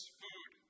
food